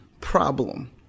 problem